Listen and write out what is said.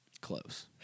Close